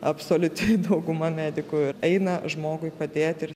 absoliuti dauguma medikų eina žmogui padėti